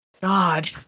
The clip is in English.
God